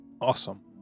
Awesome